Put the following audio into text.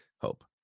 hope